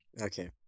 Okay